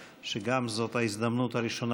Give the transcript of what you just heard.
הפוטנציאל ההטרוגני המופלא שיש לנו כאן?